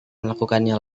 melakukannya